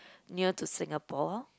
near to Singapore